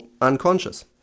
unconscious